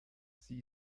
sie